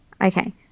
Okay